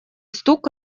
стук